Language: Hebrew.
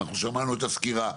אנחנו שמענו את הסקירה,